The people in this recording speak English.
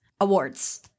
awards